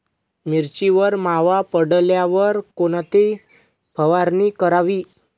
मिरचीवर मावा पडल्यावर कोणती फवारणी करावी?